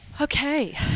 Okay